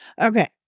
Okay